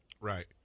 Right